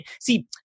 see